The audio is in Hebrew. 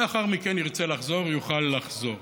לאחר מכן, ירצה לחזור, יוכל לחזור.